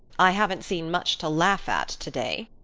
i haven't seen much to laugh at today.